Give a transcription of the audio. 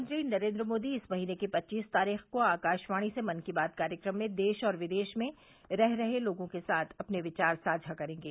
प्रधानमंत्री नरेन्द्र मोदी इस महीने की पच्चीस तारीख को आकाशवाणी से मन की बात कार्यक्रम में देश और विदेश में रह रहे लोगों के साथ अपने विचार साझा करेंगे